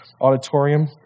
auditorium